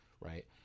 right